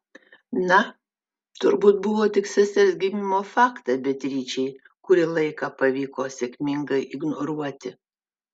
na turbūt buvo tik sesers gimimo faktą beatričei kurį laiką pavyko sėkmingai ignoruoti